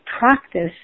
Practice